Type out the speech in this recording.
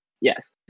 Yes